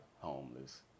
homeless